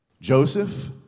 Joseph